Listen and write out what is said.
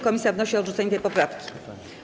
Komisja wnosi o odrzucenie tej poprawki.